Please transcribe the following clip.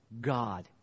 God